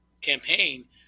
campaign